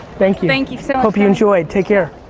thank you. thank you so hope you enjoyed, take care.